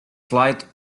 flight